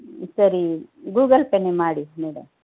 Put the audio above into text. ಸರಿ ಗೂಗಲ್ ಪೇನೆ ಮಾಡಿ ಮೇಡಮ್